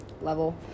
level